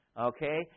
Okay